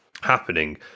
happening